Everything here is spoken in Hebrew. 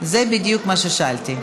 זה בדיוק מה ששאלתי.